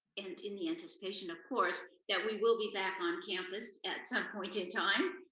and in the anticipation, of course, that we will be back on campus at some point in time,